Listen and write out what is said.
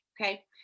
Okay